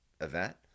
event